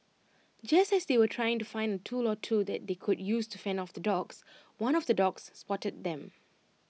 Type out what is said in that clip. just as they were trying to find tool or two that they could use to fend off the dogs one of the dogs spotted them